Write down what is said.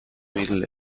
middle